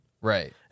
Right